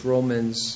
Romans